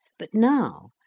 but now,